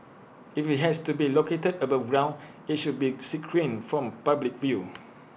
if IT has to be located above ground IT should be screened from public view